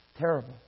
terrible